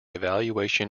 evaluation